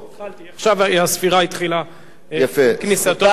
עכשיו הספירה התחילה, עם כניסתו של השר.